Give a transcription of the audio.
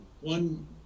one